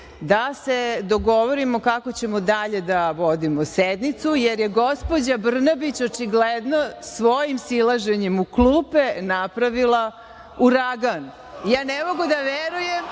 se dogovorimo kako ćemo dalje da vodimo sednicu, jer gospođa Brnabić očigledno svojim silaženjem u klupe napravila uragan. Ne mogu da verujem